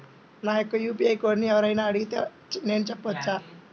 నా యొక్క యూ.పీ.ఐ కోడ్ని ఎవరు అయినా అడిగితే నేను చెప్పవచ్చా?